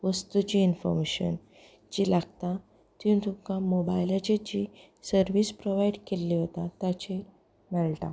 वस्तूची इन्फोर्मेशन जी लागता ती तुका मोबायलाचेर जी सर्वीस प्रोवायड केल्ली वता ताचेर मेळटा